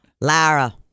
Lara